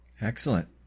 excellent